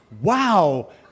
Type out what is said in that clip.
Wow